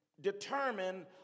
determine